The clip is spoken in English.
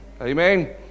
Amen